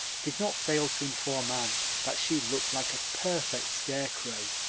did not fail to inform anne that she looked like a perfect scarecrow.